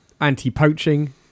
anti-poaching